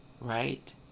Right